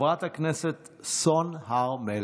חברת הכנסת סון הר מלך.